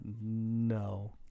no